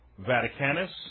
Vaticanus